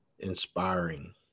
inspiring